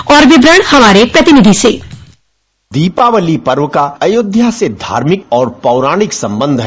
और विवरण हमारे प्रतिनिधि से दीपावली पर्व का अयोध्या से धार्मिक और पौराणिक सबंध है